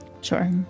Sure